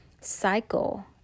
cycle